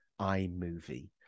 iMovie